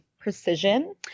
precision